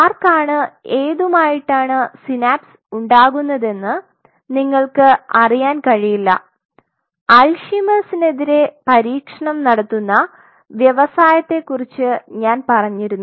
ആർക്കാണ് ഏതുമായിട്ടാണ് സിനാപ്സ് ഉണ്ടാക്കുന്നതെന്ന് നിങ്ങൾക്ക് അറിയാൻ കഴിയില്ല അൽഷിമേഴ്സ്ന്Alzheimer's എതിരെ പരീക്ഷണം നടത്തുന്ന വ്യവസായത്തെ കുറിച്ച് ഞാൻ പറഞ്ഞിരുന്നു